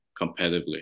competitively